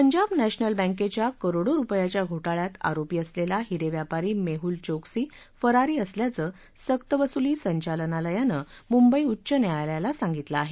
पंजाब नक्तिल बँकेच्या करोडो रुपयाच्या घो िळ्यात आरोपी असलेला हिरे व्यापारी मेहुल चोक्सी फरारी असल्याचं सक्तवसुली संचालनालयानं मुंबई उच्च न्यायालयाला सांगितलं आहे